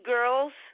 Girls